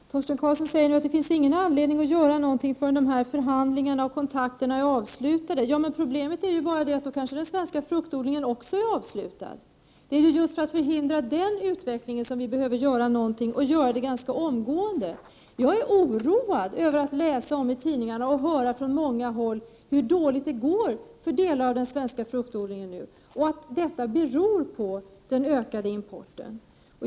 Herr talman! Torsten Karlsson säger nu att det inte finns någon anledning att göra någonting förrän förhandlingarna och kontakterna är avslutade. Problemet är bara att vid det laget kanske den svenska fruktodlingen också är avslutad. Det är ju för att förhindra den utvecklingen som vi behöver göra någonting, och det ganska omgående. Jag är oroad av att läsa i tidningarna och höra från många håll om hur dåligt det går för delar av den svenska fruktodlingen just nu, och att detta beror på den ökade importen.